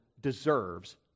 deserves